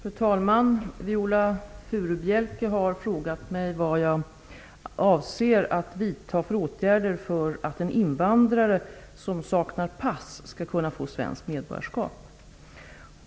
Fru talman! Viola Furubjelke har frågat mig vad jag avser att vidta för åtgärder för att en invandrare som saknar pass skall kunna få svenskt medborgarskap.